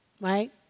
right